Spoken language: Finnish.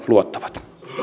luottavat